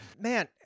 Man